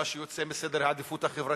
מה שיוצא מסדר העדיפויות החברתי,